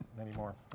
anymore